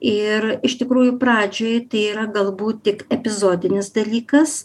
ir iš tikrųjų pradžioj tai yra galbūt tik epizodinis dalykas